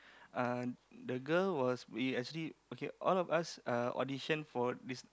uh the girl was we actually okay all of us uh audition for this